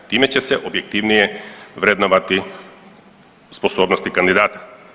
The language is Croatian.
Time će se objektivnije vrednovati sposobnosti kandidata.